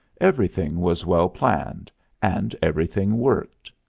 everything was well planned and everything worked.